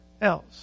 else